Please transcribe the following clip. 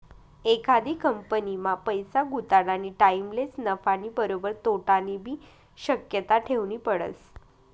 एखादी कंपनीमा पैसा गुताडानी टाईमलेच नफानी बरोबर तोटानीबी शक्यता ठेवनी पडस